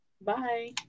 Bye